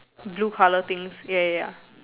blue colour things ya ya ya